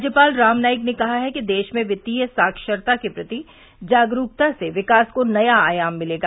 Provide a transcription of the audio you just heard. राज्यपाल राम नाईक ने कहा है कि देश में वित्तीय साक्षरता के प्रति जागरूकता से विकास को नया आयाम मिलेगा